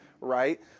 right